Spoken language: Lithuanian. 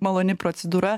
maloni procedūra